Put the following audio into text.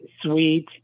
sweet